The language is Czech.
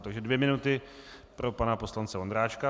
Takže dvě minuty pro pana poslance Vondráčka.